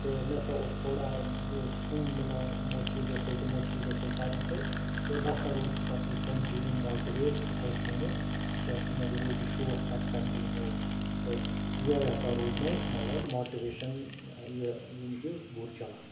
تہٕ مےٚ ہسا اوس تھوڑا سُکوٗن میلان یِمو چیٖزُو سۭتۍ یِمو چیٖزو سۭتۍ کَرنہٕ سۭتۍ تہٕ بہٕ ہسا روٗدُس پَتہٕ یہِ کَنٹِنو مواٹِویٹ یِتھٔے کٕنۍ کیٛازِ کہِ مےٚ روٗد یہِ شوق پتہٕ کَنٹِنِو تہِ یِہوے ہسا روٗد مےٚ مطلب مواٹِویشَن ٲں یہِ یعنی کہِ گُر چَلاوُن